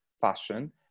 fashion